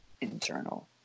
internal